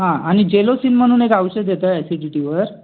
हां आणि जेलोसील म्हणून एक औषध येतं ॲसिडीटीवर